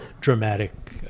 dramatic